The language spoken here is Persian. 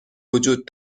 وجود